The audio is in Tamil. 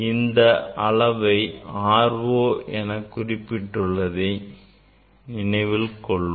இந்த அளவை R0 எனக் குறிப்பிட்டதை நினைவில் கொள்வோம்